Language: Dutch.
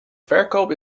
verkoop